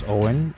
Owen